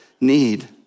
need